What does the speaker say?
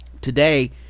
today